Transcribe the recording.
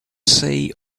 sea